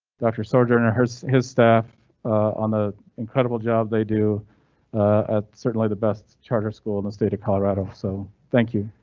doctor sojourner hurts his staff on the incredible job they do at certainly the best charter school in the state of colorado. so thank you.